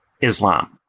islam